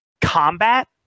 combat